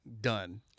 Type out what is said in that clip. done